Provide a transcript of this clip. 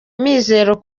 mizero